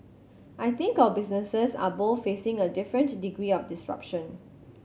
I think our businesses are both facing a different degree of disruption